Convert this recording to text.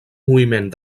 moviment